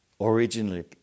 Originally